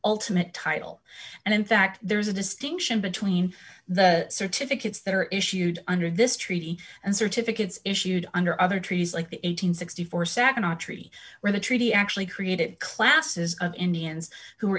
ultimate title and in fact there's a distinction between the certificates that are issued under this treaty and certificates issued under other trees like the eight hundred and sixty four nd on treaty where the treaty actually created classes of indians who